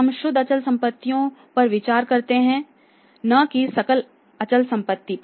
हम शुद्ध अचल संपत्तियों पर विचार करते हैं न कि सकल अचल संपत्ति पर